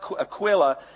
Aquila